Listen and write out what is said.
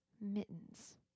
mittens